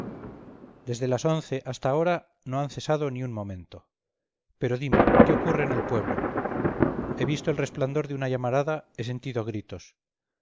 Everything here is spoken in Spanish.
desde las once hasta ahora no han cesado ni un momento pero dime qué ocurre en el pueblo he visto el resplandor de una llamarada he sentido gritos